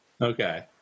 Okay